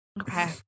Okay